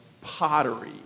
pottery